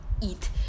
eat